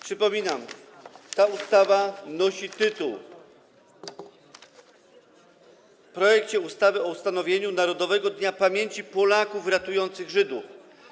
Przypominam, że ta ustawa nosi tytuł: ustawa o ustanowieniu Narodowego Dnia Pamięci Polaków ratujących Żydów.